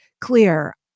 clear